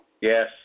Yes